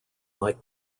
like